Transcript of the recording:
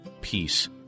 peace